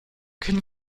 können